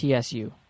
TSU